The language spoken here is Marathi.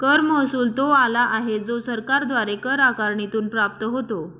कर महसुल तो आला आहे जो सरकारद्वारे कर आकारणीतून प्राप्त होतो